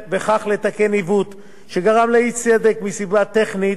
וכך לתקן עיוות שגרם לאי-צדק מסיבה טכנית,